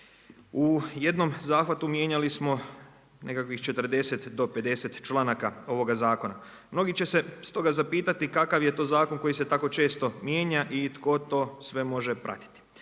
U jednom zahvatu mijenjali smo nekakvih 40 do 50 članaka ovoga zakona. Mnogi će se stoga zapitati kakav je to zakon koji se tako često mijenja i tko to sve može pratiti.